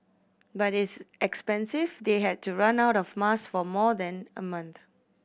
but it's expensive they had run out of mask for more than a month